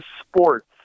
sports